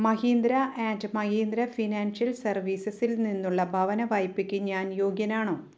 Mahindra and Mahindra financial സർവീസസിൽ നിന്നുള്ള ഭവനവായ്പയ്ക്ക് ഞാൻ യോഗ്യനാണോ